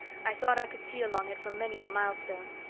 i thought i could see along it for many a milestone.